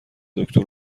دکتر